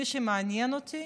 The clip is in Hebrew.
מי שמעניין אותי